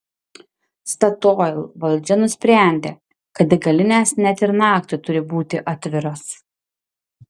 statoil valdžia nusprendė kad degalinės net ir naktį turi būti atviros